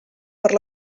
per